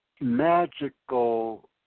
magical